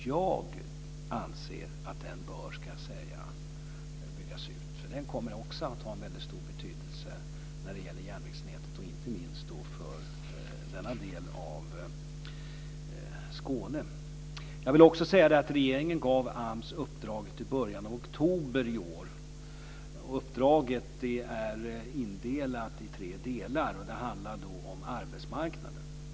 Jag anser att där bör det byggas ut, för också det kommer att ha väldigt stor betydelse när det gäller järnvägsnätet, inte minst för denna del av Regeringen gav i början av oktober i år AMS ett uppdrag. Uppdraget är indelat i tre delar och handlar om arbetsmarknaden.